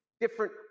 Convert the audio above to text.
different